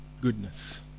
goodness